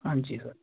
ਹਾਂਜੀ ਸਰ